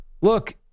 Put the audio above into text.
Look